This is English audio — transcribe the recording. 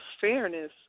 fairness